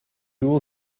will